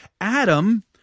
Adam